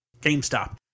GameStop